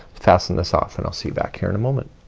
fasten this off and i'll see you back here in a moment.